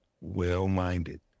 well-minded